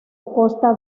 costa